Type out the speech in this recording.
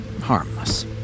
harmless